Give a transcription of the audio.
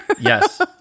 Yes